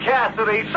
Cassidy